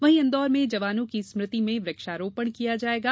वहीं इन्दौर में जवानों की स्मृति में वृक्षारोपण किया जायेगा